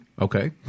Okay